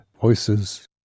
voices